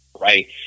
right